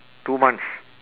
two months